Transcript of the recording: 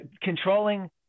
controlling